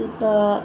ତ